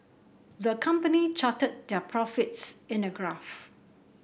the company charted their profits in a graph